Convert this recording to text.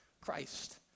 Christ